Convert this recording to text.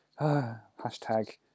Hashtag